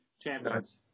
champions